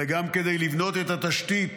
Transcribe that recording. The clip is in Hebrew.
אלא גם כדי לבנות את התשתית